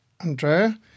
Andrea